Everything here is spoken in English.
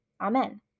Amen